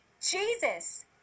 Jesus